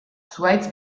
zuhaitz